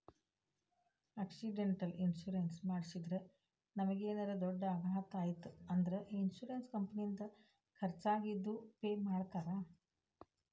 accidental insurance ಮಾಡಿಸಿದ್ರ ನಮಗೇನರ ದೊಡ್ಡ ಅಪಘಾತ ಆಯ್ತ್ ಅಂದ್ರ ಇನ್ಶೂರೆನ್ಸ್ ಕಂಪನಿಯಿಂದ ಖರ್ಚಾಗಿದ್ ಪೆ ಮಾಡ್ತಾರಾ